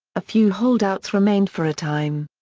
a few holdouts remained for a time.